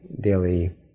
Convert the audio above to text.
daily